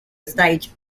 stage